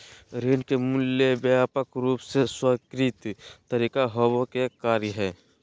ऋण के मूल्य ले व्यापक रूप से स्वीकृत तरीका होबो के कार्य हइ